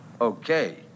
Okay